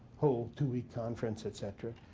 whole two week conference, et cetera.